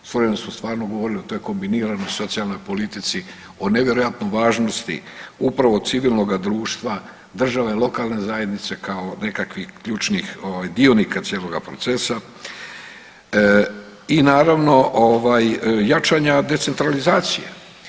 Svojevremeno smo stvarno govorili o toj kombiniranoj socijalnoj politici, o nevjerojatnoj važnosti upravo civilnoga društva, države, lokalne zajednice kao nekakvih ključnih dionika cijeloga procesa i naravno jačanja decentralizacije.